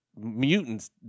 mutants